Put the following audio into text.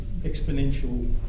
Exponential